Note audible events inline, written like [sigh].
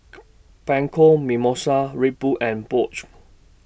[noise] Bianco Mimosa Red Bull and Bosch